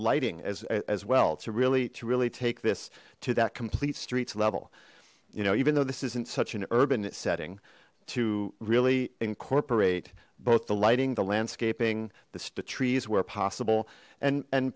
lighting as as well to really to really take this to that complete streets level you know even though this isn't such an urban setting to really incorporate both the lighting the landscaping this the trees were possible and and